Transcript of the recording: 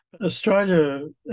Australia